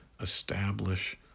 Establish